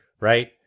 right